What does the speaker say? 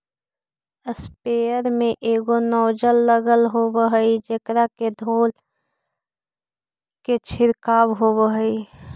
sprayer में एगो nozzle लगल होवऽ हई जेकरा से धोल के छिडकाव होवऽ हई